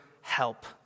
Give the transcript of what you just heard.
help